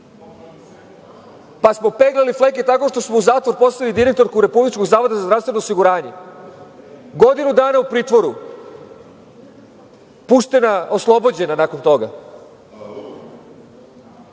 pa smo peglali fleke tako što smo u zatvor poslali direktorku Republičkog zavoda za zdravstveno osiguranje. Godinu dana u pritvoru, puštena, oslobođena nakon